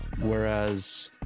Whereas